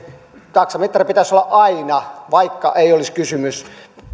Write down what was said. taksamittari pitäisi olla aina vaikka ei olisi kysymys